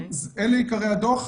אלה עיקרי הדוח.